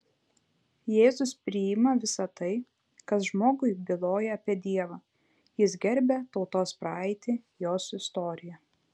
jėzus priima visa tai kas žmogui byloja apie dievą jis gerbia tautos praeitį jos istoriją